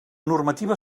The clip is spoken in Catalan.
normativa